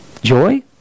Joy